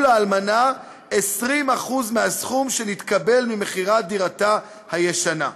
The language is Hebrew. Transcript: לאלמנה 20% מהסכום שנתקבל ממכירת דירתה הישנה.